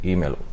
Email